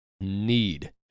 need